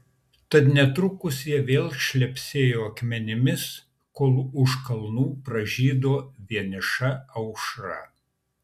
tad netrukus jie vėl šlepsėjo akmenimis kol už kalnų pražydo vieniša aušra